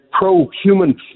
pro-human